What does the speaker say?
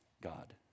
God